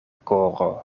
koro